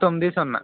తొమ్మిది సున్నా